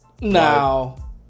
now